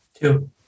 Two